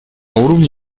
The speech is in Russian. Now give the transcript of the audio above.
уровне